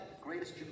greatest